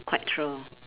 quite true